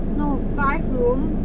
no five room